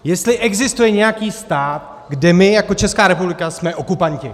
Jestli existuje nějaký stát, kde my jako Česká republika jsme okupanti.